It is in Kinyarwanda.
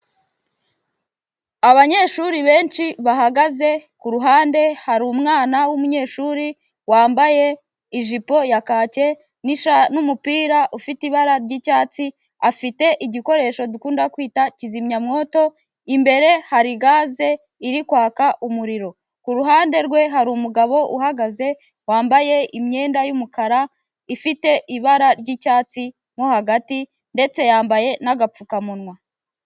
Abanyeshuri benshi bahagaze, ku ruhande hari umwana w'umunyeshuri, wambaye ijipo ya kake n' numupira ufite ibara ry' icyatsi afite igikoresho dukunda kwita kizimyamwoto, imbere hari gaze iri kwaka umuriro. Ku ruhande rwe hari umugabo uhagaze wambaye imyenda y'umukara, ifite ibara ry'icyatsi mo hagati ndetse yambaye n'agapfukamunwa.